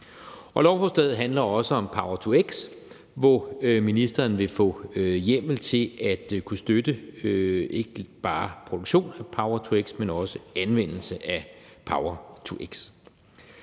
Lovforslaget handler også om power-to-x, hvor ministeren vil få hjemmel til at kunne støtte ikke bare produktion af power-to-x, men også anvendelse af power-to-x.